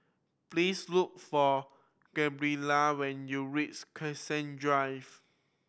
please look for Gabriella when you reach Cassia Drive